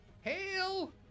Hail